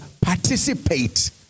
Participate